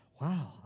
wow